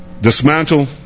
dismantle